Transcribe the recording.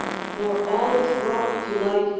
for all is brought to light,